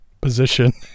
position